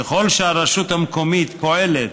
ככל שהרשות המקומית פועלת